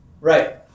Right